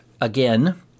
again